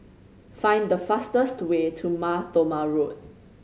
find the fastest way to Mar Thoma Road